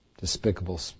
despicable